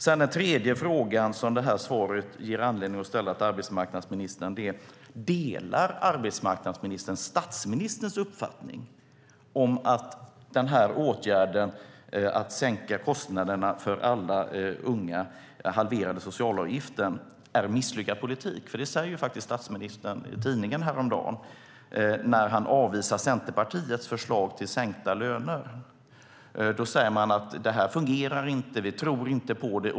Den tredje frågan som svaret ger anledning att ställa till arbetsmarknadsministern är: Delar arbetsmarknadsministern statsministerns uppfattning att åtgärden att sänka kostnaderna för alla unga med den halverande socialavgiften är misslyckad politik? Det sade statsministern i tidningen häromdagen när han avvisade Centerpartiets förslag till sänkta löner. Man säger: Detta fungerar inte, och vi tror inte på det.